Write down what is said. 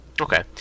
Okay